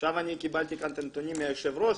אני קיבלתי את הנתונים מיושב-הראש,